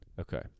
Okay